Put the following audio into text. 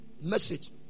message